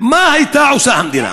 מה הייתה עושה המדינה?